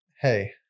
Hey